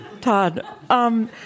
Todd